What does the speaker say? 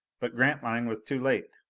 but grantline was too late!